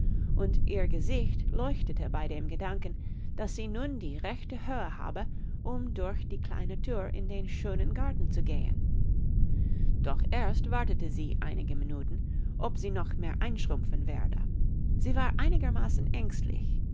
und ihr gesicht leuchtete bei dem gedanken daß sie nun die rechte höhe habe um durch die kleine thür in den schönen garten zu gehen doch erst wartete sie einige minuten ob sie noch mehr einschrumpfen werde sie war einigermaßen ängstlich